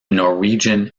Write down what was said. norwegian